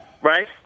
right